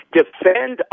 defend